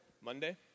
Monday